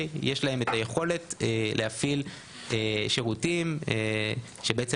יש להם את היכולת להפעיל שירותים שבעצם